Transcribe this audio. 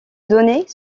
données